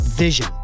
vision